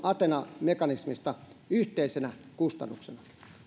athena mekanismista yhteisenä kustannuksena